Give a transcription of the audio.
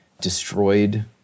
destroyed